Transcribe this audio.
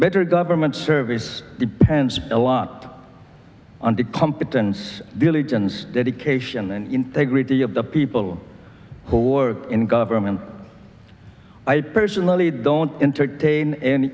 better government service depends a lot on the competence diligence dedication and integrity of the people who work in government i personally don't entertain an